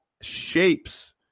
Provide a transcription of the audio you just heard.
shapes